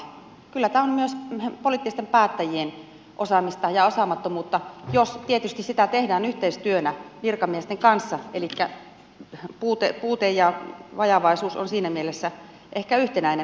kyllä tämä on myös poliittisten päättäjien osaamista ja osaamattomuutta joskin tietysti sitä tehdään yhteistyönä virkamiesten kanssa elikkä puute ja vajavaisuus on siinä mielessä ehkä yhteinen asia